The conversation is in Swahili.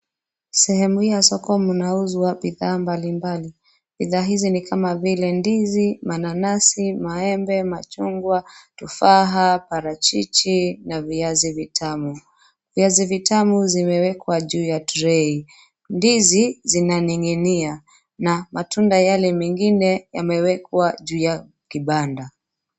Sehemu hii ya soko mnauzwa bidhaa mbalimbali. Bidhaa hizi ni kama vile ndizi, mananasi, maembe, machungwa, tufaha, parachichi na viazi vitamu. Viazi vitamu zimewekwa juu ya trei. Ndizi zimening'inia na matunda yale mengine yamewekwa juu ya kibanda.